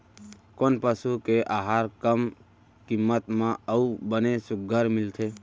कोन पसु के आहार कम किम्मत म अऊ बने सुघ्घर मिलथे?